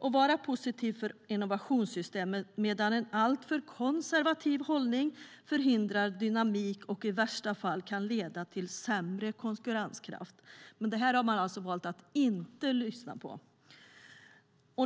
Det är också positivt för innovationssystemet, medan en alltför konservativ hållning förhindrar dynamik och i värsta fall kan leda till sämre konkurrenskraft. Men detta har man alltså valt att inte lyssna på.